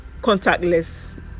contactless